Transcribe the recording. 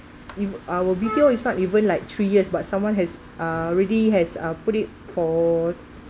if our B_T_O is not even like three years but someone has uh already has uh put it for